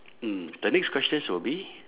mm the next question shall be